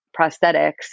prosthetics